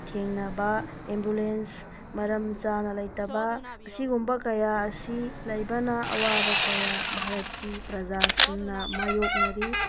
ꯊꯦꯡꯅꯕ ꯑꯦꯝꯕꯨꯂꯦꯟꯁ ꯃꯔꯝ ꯆꯥꯅ ꯂꯩꯇꯕ ꯑꯁꯤꯒꯨꯝꯕ ꯀꯌꯥ ꯑꯁꯤ ꯂꯩꯕꯅ ꯑꯋꯥꯕ ꯀꯌꯥ ꯚꯥꯔꯠꯀꯤ ꯄ꯭ꯔꯥꯖꯥꯁꯤꯡꯅ ꯃꯥꯏꯌꯣꯛꯅꯔꯤ